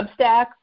Substack